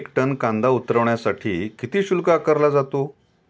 एक टन कांदा उतरवण्यासाठी किती शुल्क आकारला जातो?